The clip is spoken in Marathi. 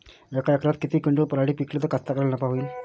यका एकरात किती क्विंटल पराटी पिकली त कास्तकाराइले नफा होईन?